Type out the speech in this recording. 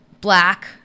Black